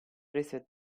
prese